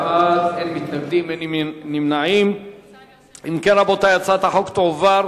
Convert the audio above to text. ההצעה להעביר את הצעת חוק תשלומים